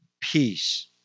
peace